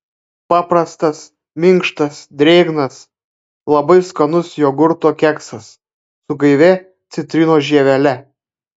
paprastas minkštas drėgnas labai skanus jogurto keksas su gaivia citrinos žievele